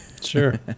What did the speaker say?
sure